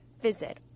Visit